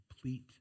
complete